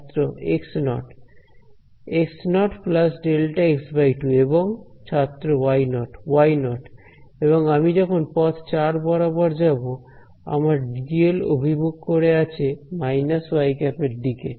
ছাত্র x0 x0 Δx2 এবং ছাত্র y0 y0 এবং আমি যখন পথ 4 বরাবর যাব আমার ডিএল অভিমুখ করে আছে − yˆ দিকে